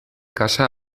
kasa